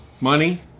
money